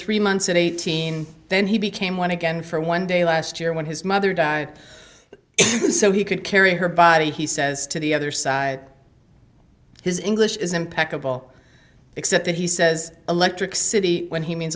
three months in eighteen then he became one again for one day last year when his mother die if you can so he could carry her body he says to the other side his english is impeccable except that he says electric city when he means